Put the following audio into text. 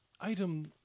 item